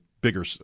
bigger